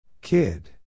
Kid